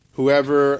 Whoever